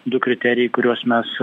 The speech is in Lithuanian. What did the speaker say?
du kriterijai kuriuos mes